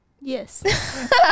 Yes